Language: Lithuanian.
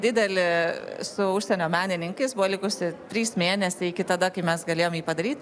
didelį su užsienio menininkais buvo likusi trys mėnesiai iki tada kai mes galėjom jį padaryt